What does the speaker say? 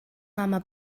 mama